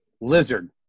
Lizard